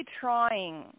trying